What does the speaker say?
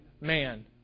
man